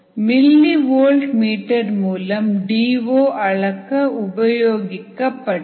milli volt metre மூலம் D O அளக்க உபயோகிக்கப்பட்டது